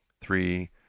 three